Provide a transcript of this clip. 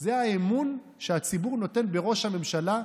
זה האמון שהציבור נותן בראש הממשלה.